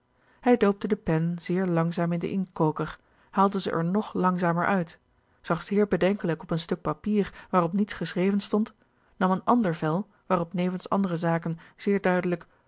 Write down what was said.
hij doopte de pen zeer langzaam in den inktkoker haalde ze er nog langzamer uit zag zeer bedenkelijk op een stuk papier waarop niets geschreven stond nam een ander vel waarop nevens andere zaken zeer duidelijk